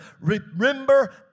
remember